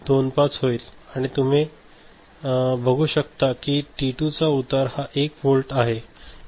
25 होईल आणि तुम्ही शकता कि टी 2 चा उतार हा 1 वोल्ट आहे